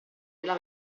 della